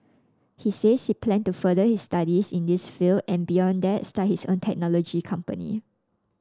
he says he plan to further his studies in this field and beyond that start his own technology company